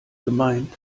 gemeint